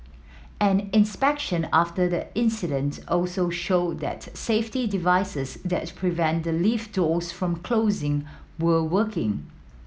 an inspection after the incident also showed that safety devices that prevent the lift doors from closing were working